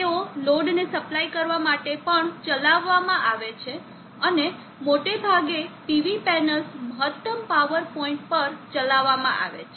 તેઓ લોડને સપ્લાય કરવા માટે પણ ચલાવવામાં આવે છે અને મોટાભાગે PV પેનલ્સ મહત્તમ પાવર પોઇન્ટ પર ચલાવવામાં આવે છે